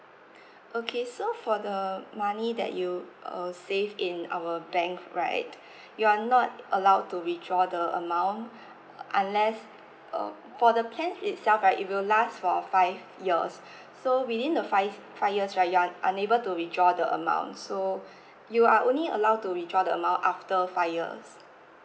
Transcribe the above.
okay so for the money that you uh save in our bank right you are not allowed to withdraw the amount unless uh for the plan itself right it will last for five years so within the five five years right you're un~ unable to withdraw the amount so you are only allowed to withdraw the amount after five years